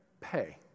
pay